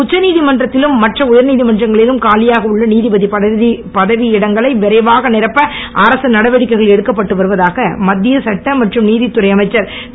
உச்சநீதிமன்றத்திலும் மற்றும் உயர்நீதிமன்றங்களிலும் காலியாக உள்ள நீதிபதி பதவியிடங்களை விரைவாக நிரப்ப அனைத்து நடவடிக்கைகளும் எடுக்கப்பட்டு வருவதாக மத்திய சட்ட மற்றும் நீதித்துறை அமைச்சர் இரு